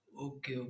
Okay